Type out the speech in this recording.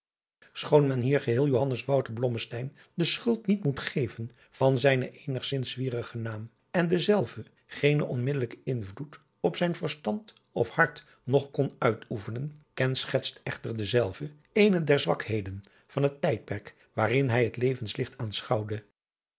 schoon men hier geheel johannes wouter blommesteyn de schuld niet moet geven van zijnen eenigzins zwierigen naam en dezelve geenen onmiddellijken invloed op zijn verstand of hart nog kon uitoefenen kenschetst echter dedaar groote geleerden boven de gewone zwakheden van het menschdom verheven moeten zijn en